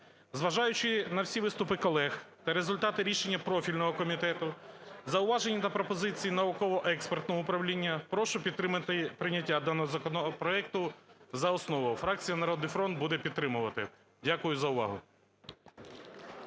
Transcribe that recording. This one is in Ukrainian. Зважаючи на всі виступи колег та результати рішення профільного комітету, зауваження та пропозиції науково-експертного управління, прошу підтримати прийняття даного законопроекту за основу. Фракція "Народний фронт" буде підтримувати. Дякую за увагу.